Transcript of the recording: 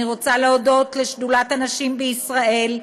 אני רוצה להודות לשדולת הנשים בישראל,